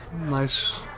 nice